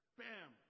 bam